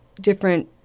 different